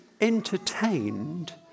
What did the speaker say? entertained